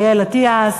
אריאל אטיאס,